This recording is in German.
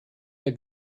der